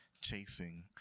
chasing